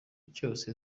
cyose